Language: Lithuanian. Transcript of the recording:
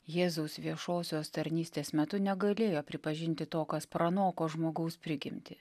jėzaus viešosios tarnystės metu negalėjo pripažinti to kas pranoko žmogaus prigimtį